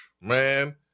man